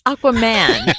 Aquaman